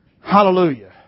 Hallelujah